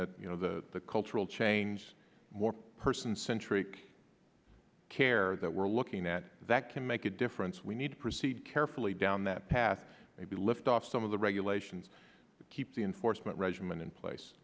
that you know the cultural change more person centric care that we're looking at that can make a difference we need to proceed carefully down that path maybe lift off some of the regulations keep the enforcement regimen in place